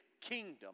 kingdom